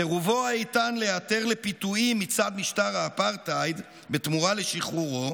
סירובו האיתן להיעתר לפיתויים מצד משטר האפרטהייד בתמורה לשחרורו,